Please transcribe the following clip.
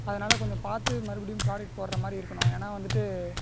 அதனால் கொஞ்சம் பார்த்து மறுபடியும் ப்ரொடெக்ட் போடுற மாதிரி இருக்கணும் ஏன்னா வந்துட்டு